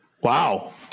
Wow